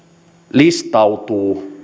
listautuu